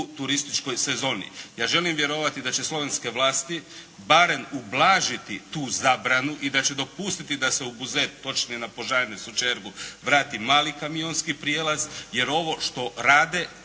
turističkoj sezoni. Ja želim vjerovati da će slovenske vlasti barem ublažiti tu zabranu i da će dopustiti da se u Buzet točnije na Požane, Sočergu vrati mali kamionski prijelaz, jer ovo što rade,